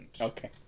Okay